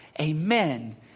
amen